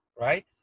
right